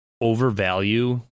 overvalue